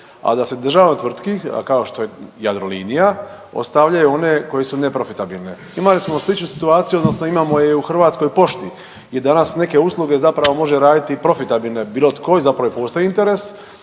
a da se državnoj tvrtki kao što je Jadrolinija ostavljaju one koje su neprofitabilne. Imali smo sličnu situaciju odnosno imamo je u Hrvatskoj pošti gdje danas neke usluge zapravo može raditi i profitabilne bilo tko i zapravo i postoji interes,